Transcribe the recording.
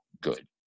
good